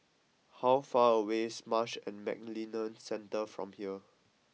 how far away is Marsh and McLennan Centre from here